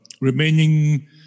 remaining